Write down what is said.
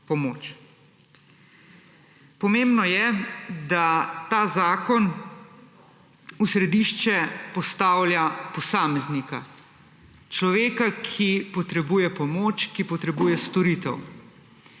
Pomembno je, da ta zakon v središče postavlja posameznika; človeka, ki potrebuje pomoč, ki potrebuje storitev.